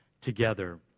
together